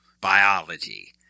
biology